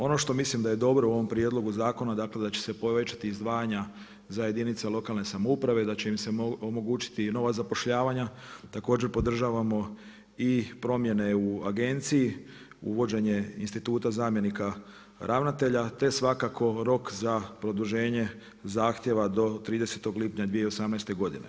Ono što mislim da je dobro u ovom prijedlogu zakonu da će se povećati izdvajanja za jedinice lokalne samouprave, da će im se omogućiti nova zapošljavanja, također podržavamo i promjene u agenciji, uvođenje instituta zamjenika ravnatelja, te svakako rok za produženje zahtjeva do 30. lipnja 2018. godine.